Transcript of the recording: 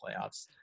playoffs